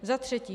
Za třetí.